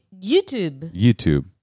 YouTube